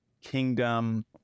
kingdom